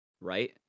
right